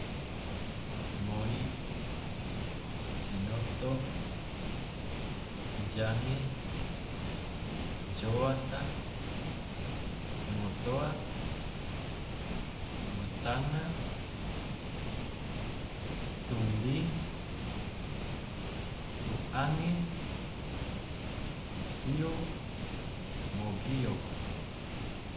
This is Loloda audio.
Moi, sinoto, jange, joata, motoa, butanga, tumding, tuange, sio, mogioko.